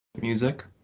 music